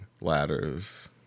ladders